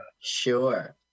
sure